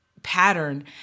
pattern